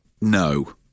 No